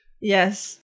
Yes